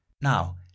now